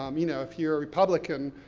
um you know, if you're a republican,